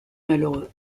malheureux